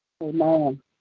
amen